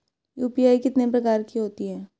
UPI कितने प्रकार की होती हैं?